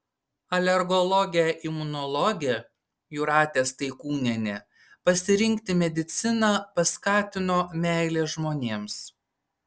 alergologę imunologę jūratę staikūnienę pasirinkti mediciną paskatino meilė žmonėms